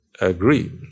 Agree